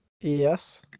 Yes